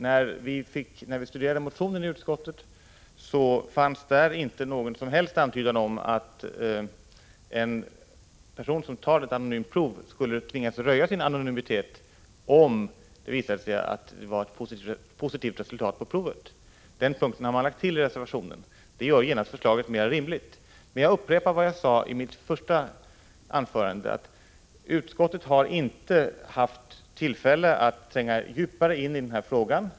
När vi i utskottet studerade motionen fanns där inte någon som helst antydan om att en person som tar ett anonymt prov skulle tvingas röja sin anonymitet om provet visade ett positivt resultat. Den punkten har lagts till i reservationen, och det gör genast förslaget mera rimligt. Jag vill upprepa vad jag sade i mitt första anförande, nämligen att utskottet inte har haft tillfälle att tränga djupare in i den här frågan.